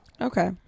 okay